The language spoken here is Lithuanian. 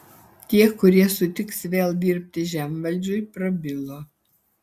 tie kurie sutiks vėl dirbti žemvaldžiui prabilo